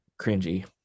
cringy